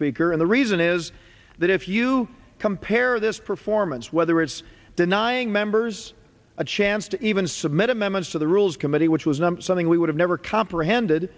speaker and the reason is that if you compare this performance whether it's denying members a chance to even submit amendments to the rules committee which was something we would have never comprehended